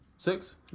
Six